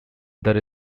there